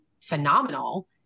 phenomenal